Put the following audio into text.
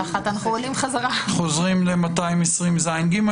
חוזרים לסעיף 220ז(ג).